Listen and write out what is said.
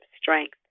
strength